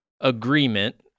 agreement